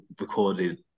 recorded